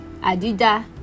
Adida